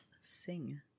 sing